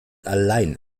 allein